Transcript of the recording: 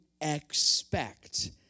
expect